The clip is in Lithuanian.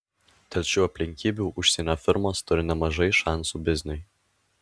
dėl šių aplinkybių užsienio firmos turi nemažai šansų bizniui